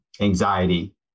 anxiety